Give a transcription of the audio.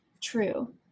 true